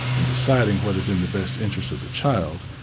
in deciding what is in the best interest of the child,